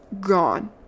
gone